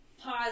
Pause